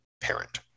parent